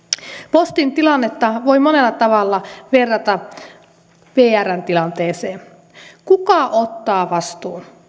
postin tilannetta voi monella tavalla verrata vrn tilanteeseen kuka ottaa vastuun